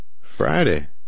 Friday